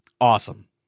Awesome